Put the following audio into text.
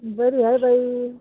बरं झालं बाई